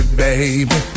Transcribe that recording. baby